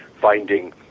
finding